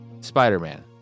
Spider-Man